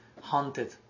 haunted